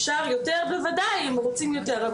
אפשר יותר בוודאי, אם רוצים יותר.